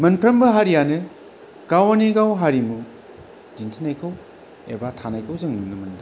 मोनफ्रोमबो हारियानो गावनि गाव हारिमु दिन्थिनायखौ एबा थानायखौ जों नुनो मोनदों